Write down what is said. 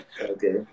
Okay